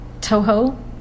toho